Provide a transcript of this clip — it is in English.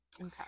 Okay